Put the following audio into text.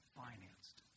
financed